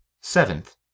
Seventh